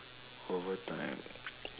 over time